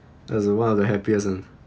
that is one of the happiest ugh